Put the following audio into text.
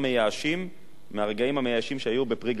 מהרגעים המייאשים שהיו ב"פרי הגליל",